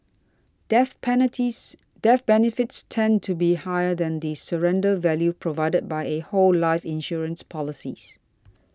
death panneties death benefits tend to be higher than the surrender value provided by a whole life insurance policy